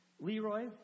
Leroy